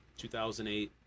2008